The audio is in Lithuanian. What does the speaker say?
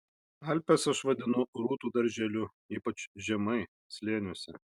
alpes aš vadinu rūtų darželiu ypač žemai slėniuose